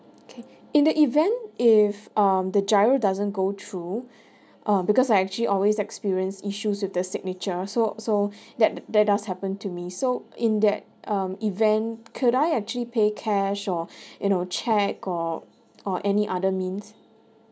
okay in the event if um the GIRO doesn't go through uh because I actually always experience issues with the signatures so so that that does happen to me so in that um event could I actually pay cash or you know cheque or or any other means